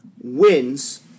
wins